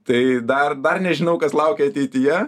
tai dar dar nežinau kas laukia ateityje